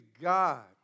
God